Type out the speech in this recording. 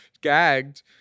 Gagged